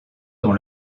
dans